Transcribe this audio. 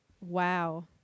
Wow